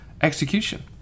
execution